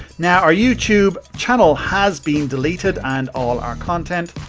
now, our youtube channel has been deleted and all our content,